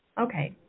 Okay